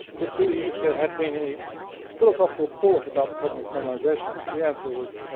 to see if there had been any philosophical thought about the problem of colonization. the answer was,